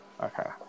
Okay